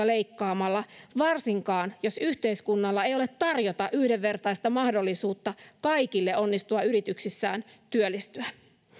leikkaamalla varsinkaan jos yhteiskunnalla ei ole tarjota yhdenvertaista mahdollisuutta kaikille onnistua yrityksissään työllistyä